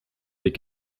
des